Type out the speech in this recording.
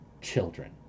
children